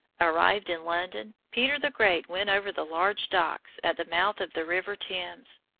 arrived in london, peter the great went over the large docks at the mouth of the river thames.